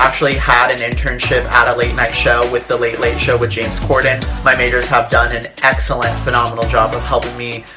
actually had an internship at a late night show with the late late show with james corden. my majors have done an excellent, phenomenal job of helping me